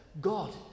God